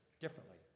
differently